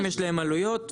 יש להם עלויות,